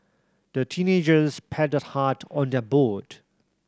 the teenagers paddled hard on their boat